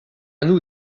nous